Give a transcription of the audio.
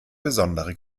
besondere